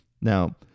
Now